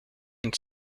and